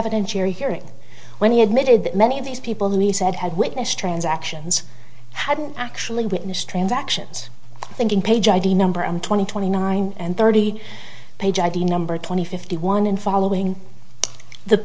evidence you're hearing when he admitted that many of these people me said had witness transactions hadn't actually witnessed transactions thinking page id number on twenty twenty nine and thirty page id number twenty fifty one and following the